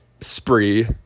spree